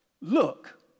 look